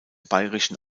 bayerischen